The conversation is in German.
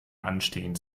anstehen